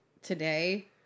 today